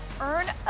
earn